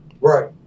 Right